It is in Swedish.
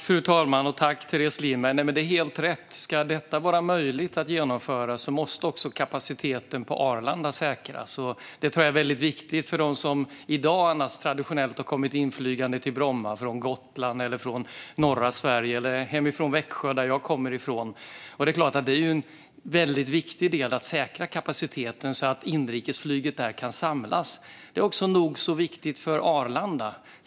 Fru talman! Tack, Teres Lindberg, för frågan! Det är helt rätt - ska detta vara möjligt att genomföra måste också kapaciteten på Arlanda säkras. Det tror jag är viktigt för dem som i dag annars traditionellt brukar komma inflygande till Bromma från Gotland eller från norra Sverige - eller från Växjö där jag kommer från. Det är en viktig del att säkra kapaciteten så att inrikesflyget där kan samlas. Det är också nog så viktigt för Arlanda.